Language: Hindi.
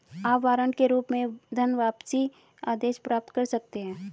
आप वारंट के रूप में धनवापसी आदेश प्राप्त कर सकते हैं